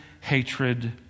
hatred